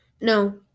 no